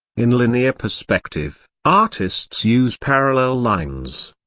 in linear perspective, artists use parallel lines.